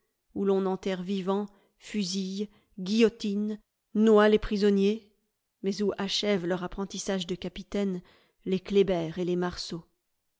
où l'on enterre vivants fusille guillotine noie les prisonniers mais où achèvent leur apprentissage de capitaines les kléber et les marceau